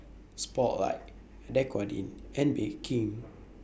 Spotlight Dequadin and Bake King